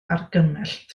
argymell